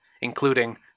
including